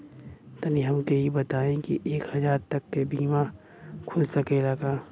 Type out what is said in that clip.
तनि हमके इ बताईं की एक हजार तक क बीमा खुल सकेला का?